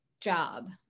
job